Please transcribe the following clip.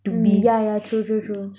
yeah yeah true true true